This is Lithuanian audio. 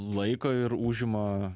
laiko ir užima